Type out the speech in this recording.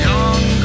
Young